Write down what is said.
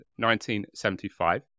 1975